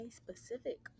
specific